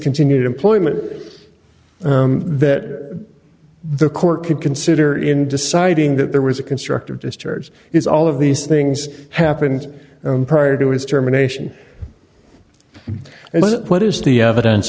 continued employment that the court could consider in deciding that there was a constructive discharge is all of these things happened prior to his germination and what is the evidence